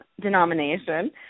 denomination